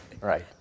right